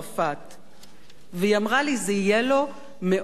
והיא אמרה לי: זה יהיה לו מאוד מאוד קשה,